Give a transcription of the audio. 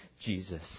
Jesus